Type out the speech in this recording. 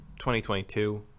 2022